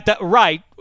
Right